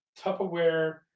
Tupperware